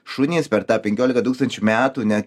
šunys per tą penkiolika tūkstančių metų net